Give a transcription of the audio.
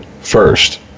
first